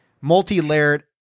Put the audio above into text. multi-layered